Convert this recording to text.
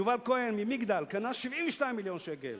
יובל כהן מ"מגדל" קנה 72 מיליון שקל.